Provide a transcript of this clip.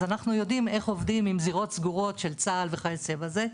אז אנחנו יודעים איך עובדים עם זירות סגורות של צה"ל וכיוצא בזה,